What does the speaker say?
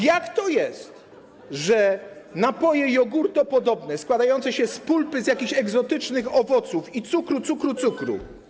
Jak to jest, że napoje jogurtopodobne składające się z pulpy z jakichś egzotycznych owoców i cukru, cukru, cukru.